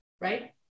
right